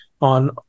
On